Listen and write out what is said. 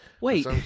Wait